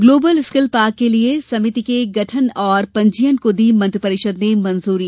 global skills park के लिये समिति का गठन और पंजीयन को दी मंत्रीपरिषद ने मंजूरी